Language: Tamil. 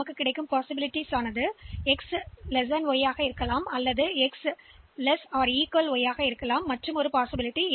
எனவே சாத்தியக்கூறுகள் x என்பது y ஐ விடக் குறைவு அல்லது x குறைவாகவோ அல்லது சமமாகவோ y மற்ற சாத்தியக்கூறுகள் x y ஐ விட அதிகமாக உள்ளது